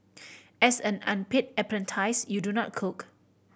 as an unpaid apprentice you do not cook